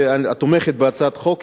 התומכת בהצעת החוק,